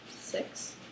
six